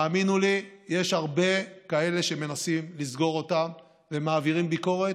האמינו לי שיש הרבה כאלה שמנסים לסגור אותם ומעבירים ביקורת.